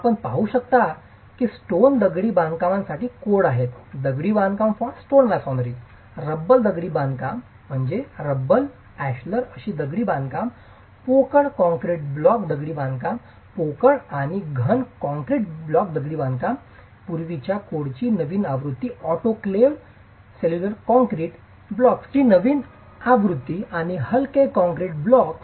आपण पाहू शकता की स्टोन दगडी बांधकामासाठी कोड आहेत दगडी बांधकाम रब्बल दगडी बांधकाम rubble अशलर दगडी बांधकाम पोकळ कॉंक्रीट ब्लॉक दगडी बांधकाम पोकळ आणि घन कंक्रीट ब्लॉक दगडी बांधकाम पूर्वीच्या कोडची नवीन आवृत्ती ऑटोक्लेव्हेड सेल्युलर कंक्रीट ब्लॉक्सची नवीन आवृत्ती आणि हलके कॉंक्रीट ब्लॉक्स